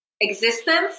existence